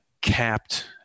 capped